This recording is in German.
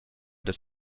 des